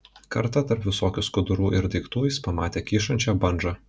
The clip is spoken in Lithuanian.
kartą tarp visokių skudurų ir daiktų jis pamatė kyšančią bandžą